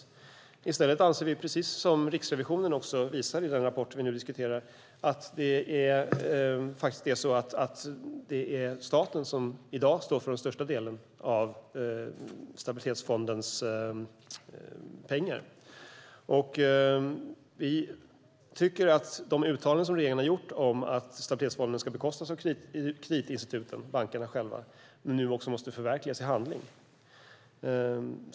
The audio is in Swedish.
Vi anser, precis som framgår av Riksrevisionens rapport, att det i dag är staten som står för största delen av Stabilitetsfondens pengar. Vi tycker att de uttalanden som regeringen har gjort om att Stabilitetsfonden ska bekostas av kreditinstituten, bankerna själva, nu också måste förverkligas i handling.